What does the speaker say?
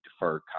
deferred